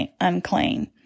unclean